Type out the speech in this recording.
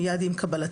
מיד עם קבלתה.